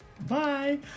Bye